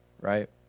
right